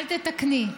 אל תתקני.